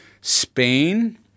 Spain